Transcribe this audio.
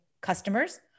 customers